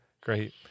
great